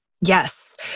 Yes